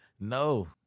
No